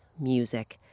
music